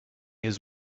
his